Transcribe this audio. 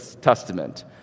Testament